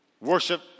Worship